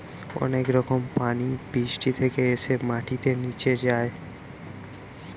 অনেক রকম পানি বৃষ্টি থেকে এসে মাটিতে নিচে যায়